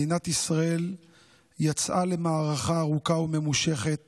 מדינת ישראל יצאה למערכה ארוכה וממושכת